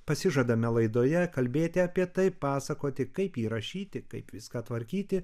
pasižadame laidoje kalbėti apie tai pasakoti kaip jį įrašyti kaip viską tvarkyti